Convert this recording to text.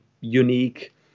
unique